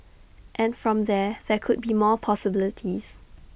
and from there there could be more possibilities